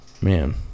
Man